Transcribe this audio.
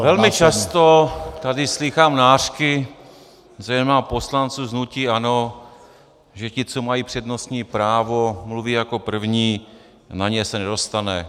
Velmi často tady slýchám nářky, zejména poslanců z hnutí ANO, že ti, co mají přednostní právo, mluví jako první a na ně se nedostane.